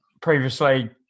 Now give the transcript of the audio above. previously